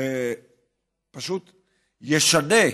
שפשוט ישנה,